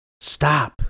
Stop